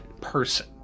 person